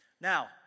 Now